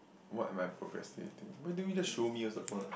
what am I procrastinating why don't you just show me what's the point